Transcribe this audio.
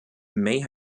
may